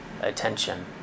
attention